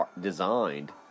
designed